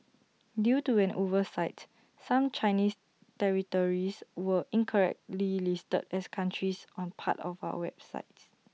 due to an oversight some Chinese territories were incorrectly listed as countries on parts of our website